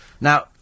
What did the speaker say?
Now